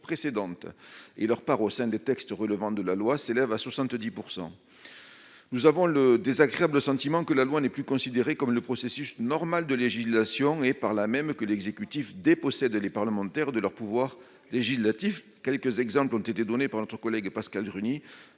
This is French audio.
précédente et leur part au sein des textes relevant de la loi s'élève à 70 % nous avons le désagréable sentiment que la loi n'est plus considéré comme le processus normal de législation et par là même que l'exécutif dépossède les parlementaires de leur pouvoir législatif, quelques exemples ont été donnés par notre collègue Pascale Gruny,